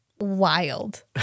wild